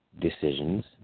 decisions